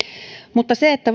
mutta se että